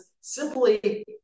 simply